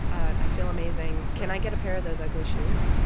ah i feel amazing. can i get a pair of those ugly shoes?